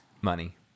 money